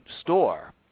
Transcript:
store